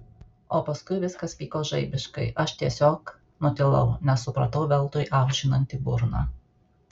o paskui viskas vyko žaibiškai aš tiesiog nutilau nes supratau veltui aušinanti burną